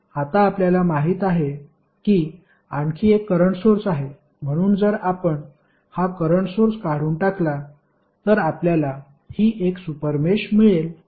आता आपल्याला माहित आहे की आणखी एक करंट सोर्स आहे म्हणून जर आपण हा करंट सोर्स काढून टाकला तर आपल्याला हि एक सुपर मेष मिळेल